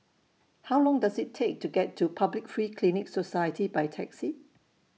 How Long Does IT Take to get to Public Free Clinic Society By Taxi